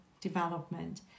development